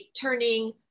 turning